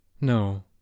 No